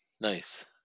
Nice